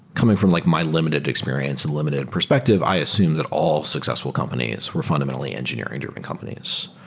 coming from like my limited experience and limited perspective, i assume that all successful companies were fundamentally engineering-driven companies.